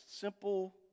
simple